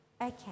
Okay